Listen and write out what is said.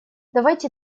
давайте